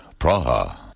Praha